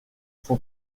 son